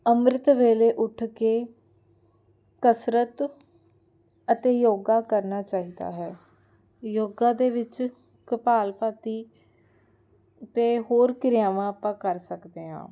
ਅੰਮ੍ਰਿਤ ਵੇਲੇ ਉੱਠ ਕੇ ਕਸਰਤ ਅਤੇ ਯੋਗਾ ਕਰਨਾ ਚਾਹੀਦਾ ਹੈ ਯੋਗਾ ਦੇ ਵਿੱਚ ਕਪਾਲਭਾਤੀ ਅਤੇ ਹੋਰ ਕਿਰਿਆਵਾਂ ਆਪਾਂ ਕਰ ਸਕਦੇ ਹਾਂ